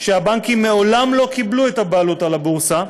כי הבנקים מעולם לא קיבלו את הבעלות על הבורסה,